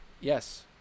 Yes